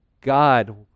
God